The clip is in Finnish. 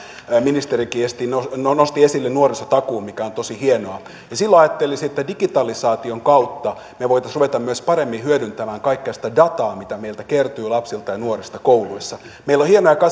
ministerikin nosti esille nuorisotakuun mikä on tosi hienoa ajattelisin että digitalisaation kautta me voisimme ruveta myös paremmin hyödyntämään kaikkea sitä dataa mitä meiltä kertyy lapsista ja nuorista kouluissa meillä on hienoja